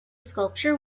sculpture